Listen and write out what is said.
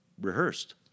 rehearsed